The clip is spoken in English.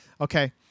Okay